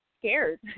scared